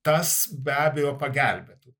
tas be abejo pagelbėtų